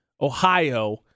Ohio